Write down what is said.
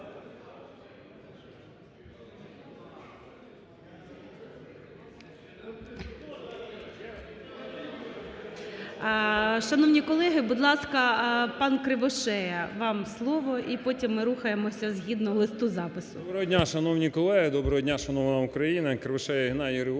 Доброго дня, шановні колеги! Доброго дня, шановна Україно! Кривошея Геннадій Григорович,